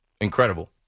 Incredible